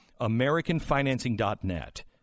Americanfinancing.net